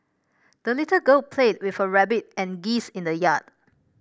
the little girl played with her rabbit and geese in the yard